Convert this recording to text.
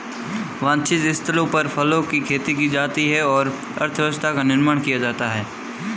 वांछित स्थलों पर फलों की खेती की जाती है और अर्थव्यवस्था का निर्माण किया जाता है